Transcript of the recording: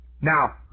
Now